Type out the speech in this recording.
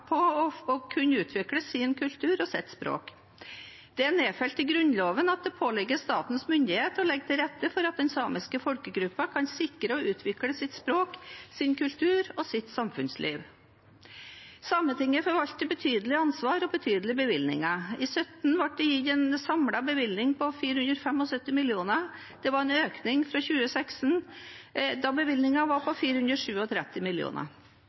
på å kunne utvikle sin kultur og sitt språk. Det er nedfelt i Grunnloven at det «påligger statens myndigheter å legge forholdene til rette for at den samiske folkegruppe kan sikre og utvikle sitt språk, sin kultur og sitt samfunnsliv». Sametinget forvalter betydelig ansvar og betydelige bevilgninger. I 2017 ble det gitt en samlet bevilgning på 475 mill. kr. Det var en økning fra 2016, da bevilgningen var